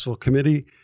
Committee